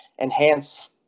enhance